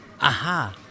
Aha